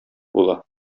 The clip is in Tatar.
була